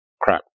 Crap